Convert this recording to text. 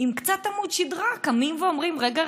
ועם קצת עמוד שדרה קמים ואומרים: רגע,